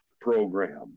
program